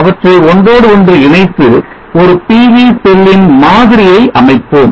அவற்றை ஒன்றோடு ஒன்று இணைத்து ஒரு PV செல்லின் மாதிரியை அமைப்போம்